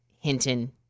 Hinton